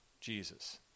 Jesus